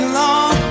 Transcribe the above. long